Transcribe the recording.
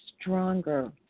stronger